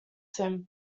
him